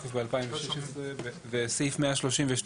סעיף 132